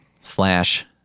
Slash